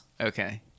Okay